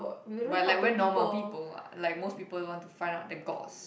but like we're normal people like most people will want to find out the goss